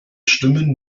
stimmen